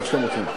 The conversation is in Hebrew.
איך שאתם רוצים.